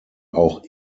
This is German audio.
auch